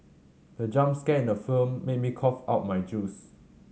the jump scare in the film made me cough out my juice